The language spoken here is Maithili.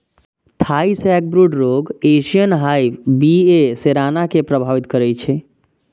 थाई सैकब्रूड रोग एशियन हाइव बी.ए सेराना कें प्रभावित करै छै